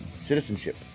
citizenship